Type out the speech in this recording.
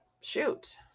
shoot